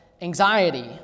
anxiety